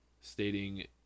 stating